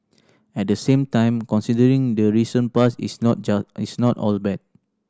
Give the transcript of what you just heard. at the same time considering the recent past it's not it's not all bad